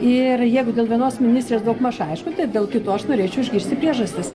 ir jeigu dėl vienos ministrės daugmaž aišku tiek dėl kitų aš norėčiau išgirsti priežastis